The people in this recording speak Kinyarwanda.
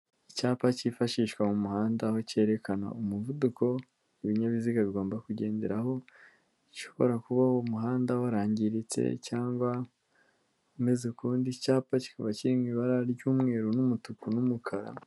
Icyapa kifashishwa mu muhanda, aho cyerekana umuvuduko ibinyabiziga bigomba kugenderaho, bishobora kuba uwo umuhanda warangiritse cyangwa umeze ukundi, icyapa kikaba kiri mu ibara ry'umweru n'umutuku n'umukara.